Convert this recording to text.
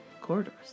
Corridors